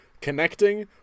connecting